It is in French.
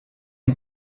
une